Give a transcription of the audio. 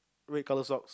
red colour sock